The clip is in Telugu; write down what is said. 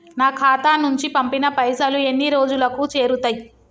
నా ఖాతా నుంచి పంపిన పైసలు ఎన్ని రోజులకు చేరుతయ్?